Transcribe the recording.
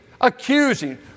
Accusing